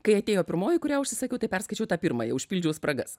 kai atėjo pirmoji kurią užsisakiau tai perskaičiau tą pirmąjį užpildžiau spragas